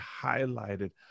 highlighted